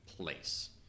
place